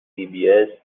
cbs